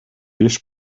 беш